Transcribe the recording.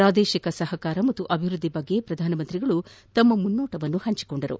ಪ್ರಾದೇಶಿಕ ಸಹಕಾರ ಮತ್ತು ಅಭಿವೃದ್ಧಿ ಕುರಿತು ಪ್ರಧಾನಿ ಮೋದಿ ಅವರು ತಮ್ಮ ಮುನ್ನೋಟವನ್ನು ಹಂಚಿಕೊಂಡರು